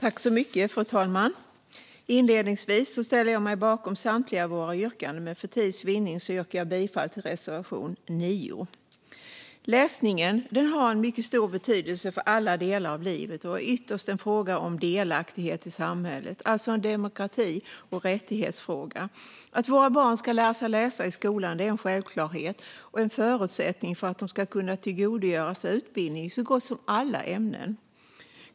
Fru talman! Inledningsvis ställer jag mig bakom samtliga våra yrkanden, men för tids vinnande yrkar jag bifall endast till reservation 9. Läsning har mycket stor betydelse för alla delar av livet och är ytterst en fråga om delaktighet i samhället, alltså en demokrati och rättighetsfråga. Att våra barn ska lära sig läsa i skolan är en självklarhet och en förutsättning för att de ska kunna tillgodogöra sig utbildning i så gott som alla ämnen.